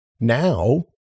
Now